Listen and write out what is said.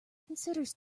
considers